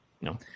No